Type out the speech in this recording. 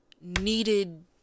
needed